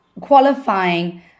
qualifying